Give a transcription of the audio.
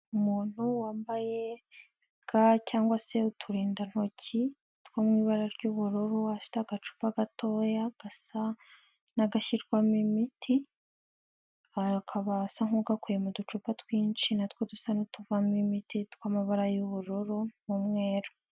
Umuntu wambaye ga cyangwa se uturindantoki two mu ibara ry'ubururu, afite agacupa gatoya gasa n'agashyirwamo imiti, akaba asa nk'ugakuye mu uducupa twinshi natwo dusa n'utuvamo imiti tw'amabara y'ubururu n'umweru.